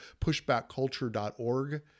pushbackculture.org